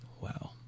Wow